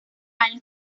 años